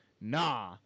Nah